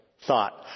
thought